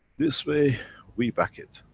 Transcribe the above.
this way we back it,